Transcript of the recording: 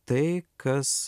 tai kas